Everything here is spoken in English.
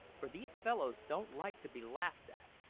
for these fellows don't like to be laughed at.